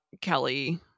Kelly